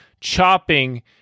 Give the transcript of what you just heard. chopping